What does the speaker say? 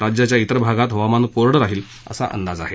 राज्याच्या तिर भागात हवामान कोरडं राहील असा अंदाज आहे